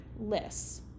lists